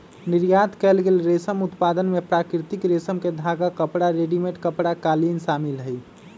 निर्यात कएल गेल रेशम उत्पाद में प्राकृतिक रेशम के धागा, कपड़ा, रेडीमेड कपड़ा, कालीन शामिल हई